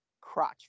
crotch